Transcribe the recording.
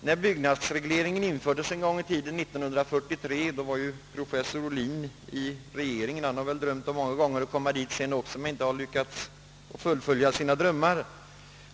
När byggnadsregleringen infördes 1943 satt professor Ohlin i regeringen — han har väl sedan dess många gånger drömt om att få komma tillbaka dit utan att ha lyckats förverkliga sina drömmar.